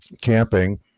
camping